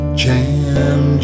jam